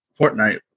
Fortnite